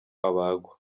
abagwa